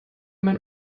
mein